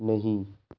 نہیں